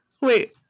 Wait